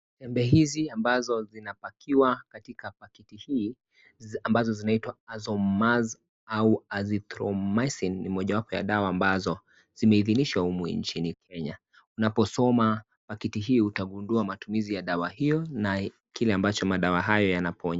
Tembe hizi ambazo zinapakiwa katika pakiti hii ambazo zinaitwa Azormaz au Acythromycin ni mojawapo ya dawa ambazo zimeidhinishwa humu nchini Kenya. Unaposoma pakiti hii utagundua matumizi ya dawa hiyo na kile ambacho madawa hiyo yanaponya